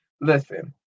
Listen